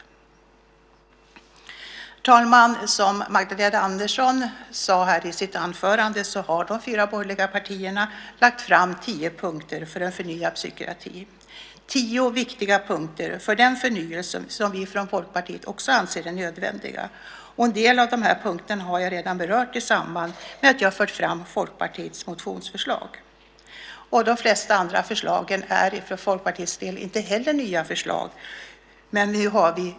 Herr talman! Som Magdalena Andersson sade i sitt anförande har de fyra borgerliga partierna lagt fram ett förslag med tio punkter för en förnyad psykiatri. Det är tio viktiga punkter för den förnyelse som vi från Folkpartiet anser är nödvändig. En del av dessa punkter har jag redan berört i samband med att jag fört fram Folkpartiets motionsförslag. Inte heller de flesta av de andra förslagen är för Folkpartiets del nya.